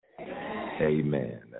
Amen